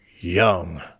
young